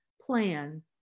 plan